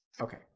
Okay